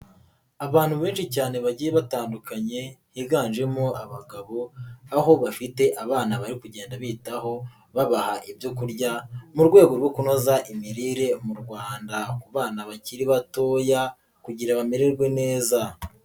Abantu benshi cyane bagiye batandukanye higanjemo abagabo, aho bafite abana bari kugenda bitaho, babaha ibyo kurya, mu rwego rwo kunoza imirire mu Rwanda ku bana bakiri batoya, kugira ngo bamererwe neza.